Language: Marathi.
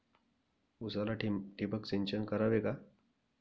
उसाला ठिबक सिंचन करावे का?